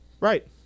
right